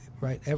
right